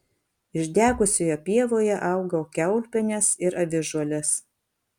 išdegusioje pievoje augo kiaulpienės ir avižuolės